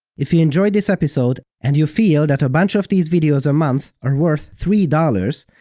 if you enjoyed this episode and you feel that a bunch of these videos a month are worth three dollars,